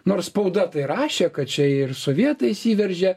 nors spauda tai rašė kad čia ir sovietai įsiveržė